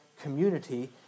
community